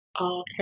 Okay